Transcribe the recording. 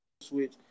Switch